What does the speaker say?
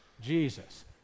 Jesus